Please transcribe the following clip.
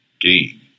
gain